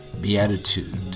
beatitude